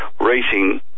racing